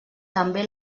també